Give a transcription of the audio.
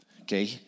Okay